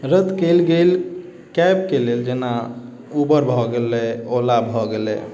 रद्द कयल गेल कैबके लेल जेना उबर भऽ गेलै ओला भऽ गेलै